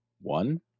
one